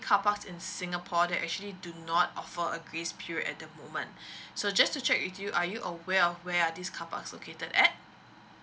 carparks in singapore that actually do not offer a grace period at the moment so just to check with you are you aware of where are these carparks located at